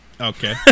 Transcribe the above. Okay